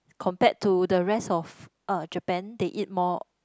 compared to the rest of uh Japan they eat more